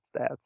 stats